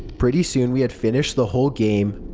pretty soon we had finished the whole game.